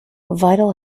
vital